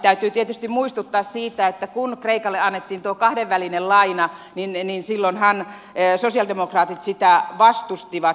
täytyy tietysti muistuttaa siitä että silloin kun kreikalle annettiin tuo kahdenvälinen laina sosialidemokraatithan sitä vastustivat